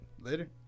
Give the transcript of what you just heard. Later